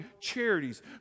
charities